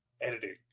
editing